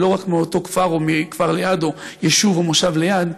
ולא רק מאותו כפר או כפר ליד או יישוב או מושב ליד,